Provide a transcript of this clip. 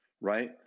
right